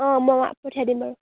অঁ মই পঠিয়াই দিম বাৰু